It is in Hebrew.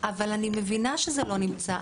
אני מבינה שזה לא נמצא,